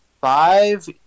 five